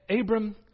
Abram